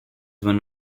one